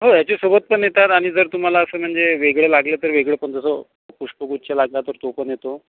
हो याच्यासोबत पण येतात आणि जर तुम्हाला असं म्हणजे वेगळे लागले तर वेगळे पण जसं पुष्पगुच्छ लागला तर तो पण येतो